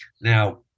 Now